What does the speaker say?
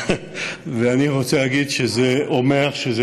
ואני רוצה להגיד שזה אומר, שזה